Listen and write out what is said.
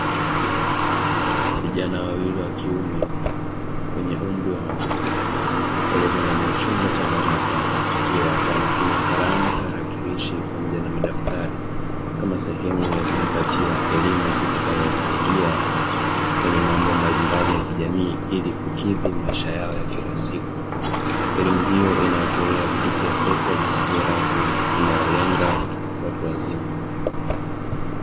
Vijana wawili wa kiume wenye umri wa makamo, waliopo ndani ya chumba cha darasa wakiwa wanatumia kalamu, tarakinishi pamoja na madaftari kama sehemu ya kujipatia elimu itakayowasaidia kwenye mambo mbalimbali ya kijamii ili kukidhi maisha yao ya kila siku. Elimu hiyo inayotolewa kupitia sekta zisizo rasmi inayolenga watu wazima.